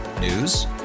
News